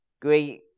great